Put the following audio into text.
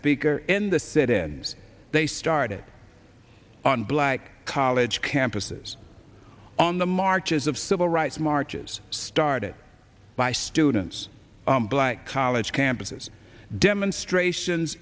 speaker in the sit ins they started on black college campuses on the marches of civil rights marches started by students black college campuses demonstrations